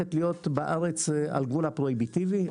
הופכת להיות בארץ על גבול הפרוהיביטיבי,